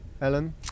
Ellen